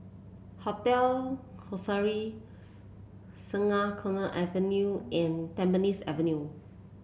Hotel Ascendere Sungei Kadut Avenue and Tampines Avenue